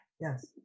Yes